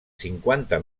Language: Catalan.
cinquanta